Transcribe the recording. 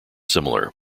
similar